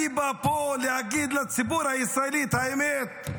אני פה להגיד לציבור הישראלי את האמת.